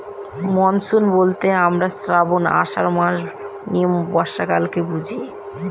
monsoon বলতে আমরা শ্রাবন, আষাঢ় মাস নিয়ে বর্ষাকালকে বুঝি